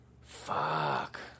Fuck